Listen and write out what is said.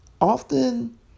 Often